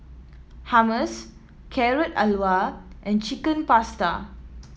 Hummus Carrot Halwa and Chicken Pasta